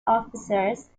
officers